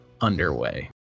underway